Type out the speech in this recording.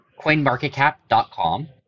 coinmarketcap.com